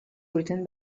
written